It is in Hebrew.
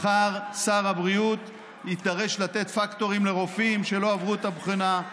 מחר שר הבריאות יידרש לתת פקטורים לרופאים שלא עברו את הבחינה,